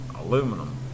aluminum